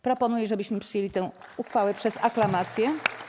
Proponuję, żebyśmy przyjęli tę uchwałę przez aklamację.